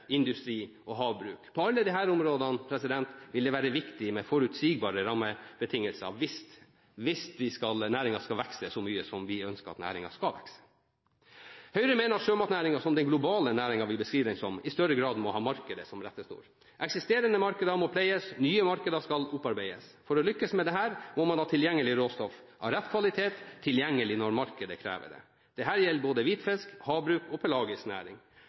industri og havbruk? På alle disse områdene vil det være viktig med forutsigbare rammebetingelser hvis næringen skal vokse så mye som vi ønsker at den skal. Høyre mener at sjømatnæringen, som den globale næringen vi beskriver den som, i større grad må ha markedet som rettesnor. Eksisterende markeder må pleies, og nye markeder skal opparbeides. For å lykkes med dette, må man ha tilgjengelig råstoff av rett kvalitet når markedet krever det. Dette gjelder både hvitfisk, havbruk og pelagisk næring.